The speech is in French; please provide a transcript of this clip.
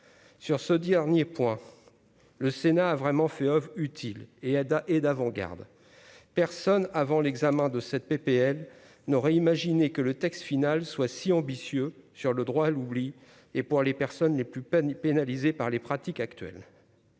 sur ce dernier point, le Sénat a vraiment fait oeuvre utile et Ada et d'avant-garde personne avant l'examen de cette PPL n'aurait imaginé que le texte final soit si ambitieux sur le droit à l'oubli et pour les personnes les plus pénalisé par les pratiques actuelles.